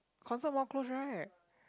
concert more close right